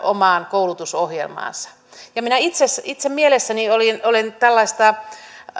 omaan koulutusohjelmaansa minä itse mielessäni olen tällaista